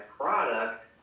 product